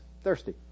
thirsty